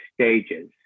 stages